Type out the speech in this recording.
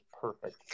perfect